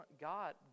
God